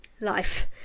life